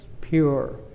pure